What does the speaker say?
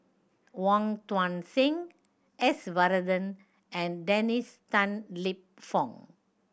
Wong Tuang Seng S Varathan and Dennis Tan Lip Fong